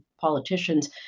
politicians